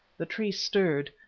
the tree stirred,